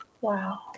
Wow